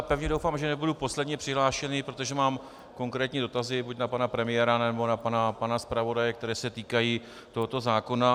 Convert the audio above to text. Pevně doufám, že nebudu poslední přihlášený, protože mám konkrétní dotazy buď na pana premiéra, nebo na pana zpravodaje, které se týkají tohoto zákona.